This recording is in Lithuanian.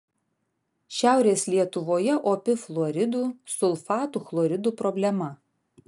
šiaurės lietuvoje opi fluoridų sulfatų chloridų problema